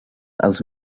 els